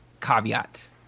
caveat